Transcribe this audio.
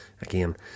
again